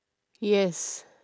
yes